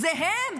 זה הם.